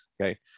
Okay